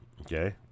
Okay